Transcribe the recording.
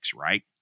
right